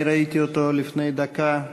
ראיתי אותו לפני דקה.